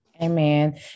Amen